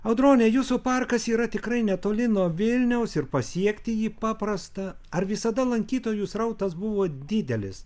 audrone jūsų parkas yra tikrai netoli nuo vilniaus ir pasiekti jį paprasta ar visada lankytojų srautas buvo didelis